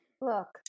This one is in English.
Look